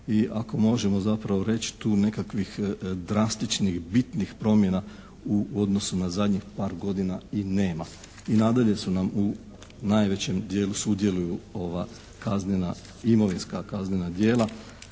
i ako možemo zapravo reći tu nekakvih drastičnih, bitnih promjena u odnosu na zadnjih par godina i nema. I nadalje su nam, u najvećem djelu sudjeluju imovinska kaznena djela